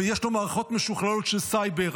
יש לו מערכות משוכללות של סייבר,